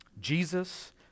Jesus